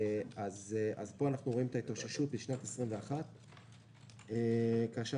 פה אנחנו רואים את ההתאוששות בשנת 21. אנחנו